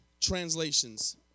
translations